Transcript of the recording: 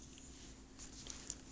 I don't know